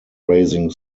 raising